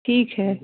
ठीक है